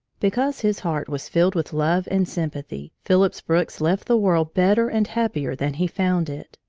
because his heart was filled with love and sympathy, phillips brooks left the world better and happier than he found it.